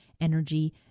energy